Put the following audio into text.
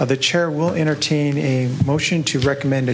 of the chair will entertain a motion to recommend